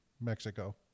Mexico